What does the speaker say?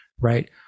right